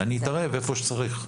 אני אתערב איפה שצריך.